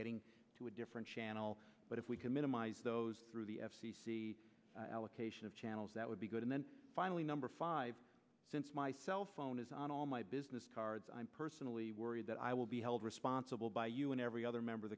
getting to a different channel but if we can minimize those through the allocation of channels that would be good and then finally number five since my cellphone is on all my business cards i'm personally worried that i will be held responsible by you and every other member